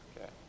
Okay